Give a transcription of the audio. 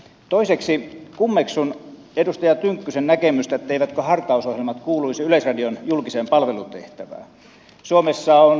toiseksi kummeksun edustaja tynkkysen näkemystä etteivätkö hartausohjelmat kuuluisi yleisradion julkiseen palvelutehtävään